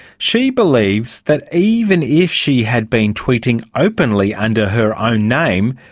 she believes that even if she had been tweeting openly under her own name,